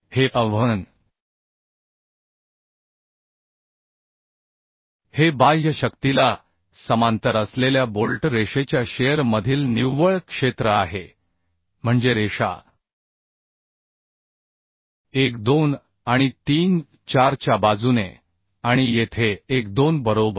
हे AVn हे बाह्य शक्तीला समांतर असलेल्या बोल्ट रेषेच्या शिअर मधील निव्वळ क्षेत्र आहे म्हणजे रेषा 1 2 आणि 3 4 च्या बाजूने आणि येथे 1 2 बरोबर